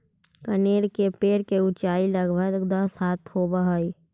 कनेर के पेड़ के ऊंचाई लगभग दस हाथ तक होवऽ हई